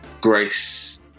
Grace